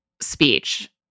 speech